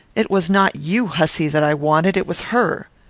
it was not you, hussy, that i wanted. it was her.